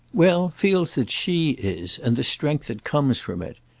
well, feels that she is, and the strength that comes from it.